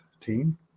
team